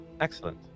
Excellent